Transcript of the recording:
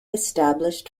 established